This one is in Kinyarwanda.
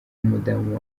umudamu